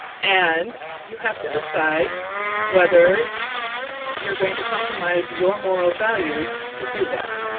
and you have to decide whether you're going to compromise your moral values to do that.